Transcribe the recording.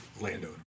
landowner